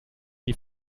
die